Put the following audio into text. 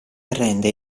arrende